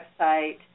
website